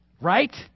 Right